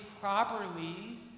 properly